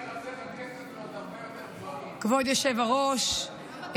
כבוד היושב-ראש,